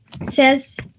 says